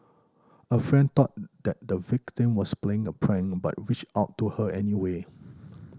a friend thought that the victim was playing a prank but reached out to her anyway